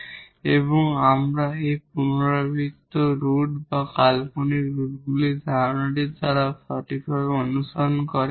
সুতরাং আবার এই রিপিটেড রুট বা ইমাজিনারি রুটগুলির ধারণাটি তারা সঠিকভাবে অনুসরণ করে